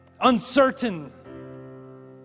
uncertain